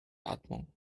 atmung